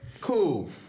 Cool